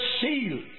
sealed